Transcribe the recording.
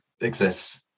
exists